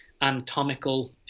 anatomical